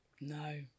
No